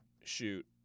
shoot